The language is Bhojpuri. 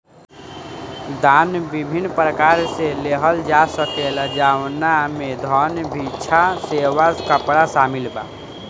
दान विभिन्न प्रकार से लिहल जा सकेला जवना में धन, भिक्षा, सेवा, कपड़ा शामिल बा